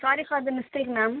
sorry for the mistake ma'am